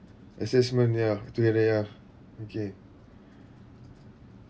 assessment ya together ya okay